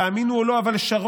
תאמינו או לא, אבל שרון,